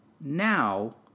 now